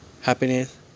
Happiness